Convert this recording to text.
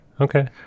okay